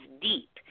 deep